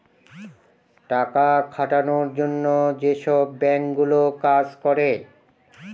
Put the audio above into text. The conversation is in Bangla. টাকা খাটানোর জন্য যেসব বাঙ্ক গুলো কাজ করে